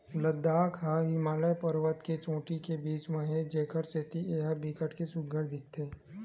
लद्दाख ह हिमालय परबत के चोटी के बीच म हे जेखर सेती ए ह बिकट के सुग्घर दिखथे